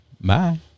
Bye